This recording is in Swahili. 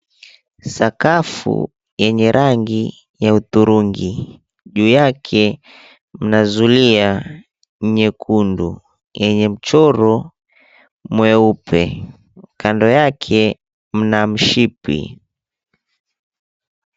Sakafu yenye rangi ya hudhurungi. Juu yake mna zulia nyekundu yenye mchoro mweupe. Kando yake mna mshipi.